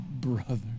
brother